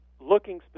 looking